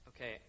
Okay